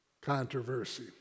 controversy